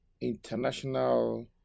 international